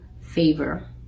favor